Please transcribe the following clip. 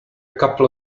couple